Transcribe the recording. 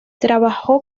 trabajó